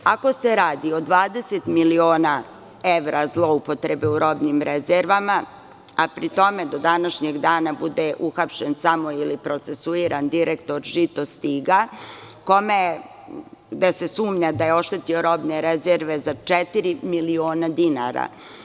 Ako se radi o 20 miliona evra zloupotrebe u robnim rezervama, a pri tome do današnjeg dana bude uhapšen ili procesuiran samo direktor „Žitostiga“, gde se sumnja da je oštetio robne rezerve za četiri miliona dinara.